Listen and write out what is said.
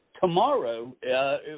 tomorrow